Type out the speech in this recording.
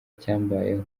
cyambayeho